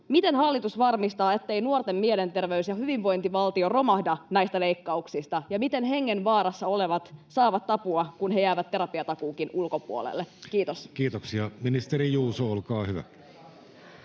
miten hallitus varmistaa, etteivät nuorten mielenterveys ja hyvinvointivaltio romahda näistä leikkauksista, ja miten hengenvaarassa olevat saavat apua, kun he jäävät terapiatakuunkin ulkopuolelle? — Kiitos. [Ben Zyskowicz: